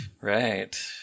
right